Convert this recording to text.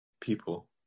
people